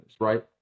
right